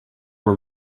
were